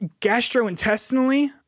gastrointestinally